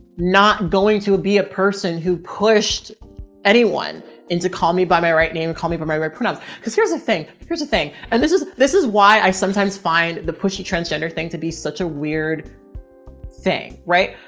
not going to be a person who pushed anyone into call me by my right name, call me from my right pronouns. cause here's a thing. here's the thing, and this is, this is why i sometimes find the pushy transgender thing to be such a weird thing. right?